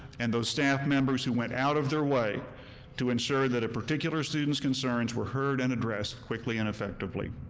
and staff members who went out of their way to ensure that a particular student's concerns were heard and addressed quickly and effectively.